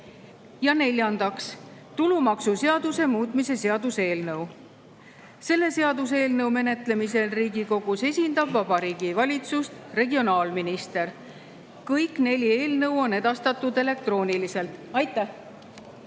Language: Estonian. Ja neljandaks, tulumaksuseaduse muutmise seaduse eelnõu. Selle seaduseelnõu menetlemisel Riigikogus esindab Vabariigi Valitsust regionaalminister. Kõik neli eelnõu on edastatud elektrooniliselt. Aitäh!